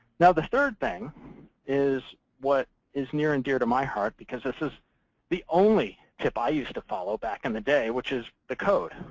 now, the third thing this is what is near and dear to my heart. because this is the only tip i used to follow back in the day, which is the code.